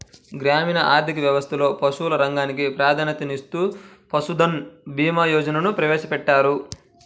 గ్రామీణ ఆర్థిక వ్యవస్థలో పశువుల రంగానికి ప్రాధాన్యతనిస్తూ పశుధన్ భీమా యోజనను ప్రవేశపెట్టారు